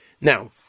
Now